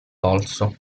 polso